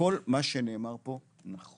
כל מה שנאמר פה נכון,